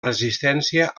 resistència